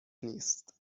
نیست